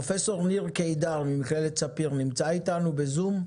פרופ' ניר קידר ממכללת ספיר נמצא איתנו בזום?